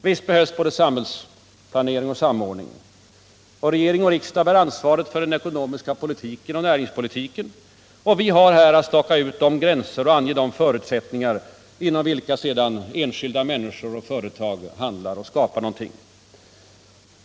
Visst behövs både samhällsplanering och samordning. Regering och riksdag bär ansvaret för den ekonomiska politiken och näringspolitiken, och vi har här att staka ut de gränser och ange de förutsättningar inom vilka sedan enskilda människor och företag handlar och skapar någonting.